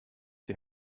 die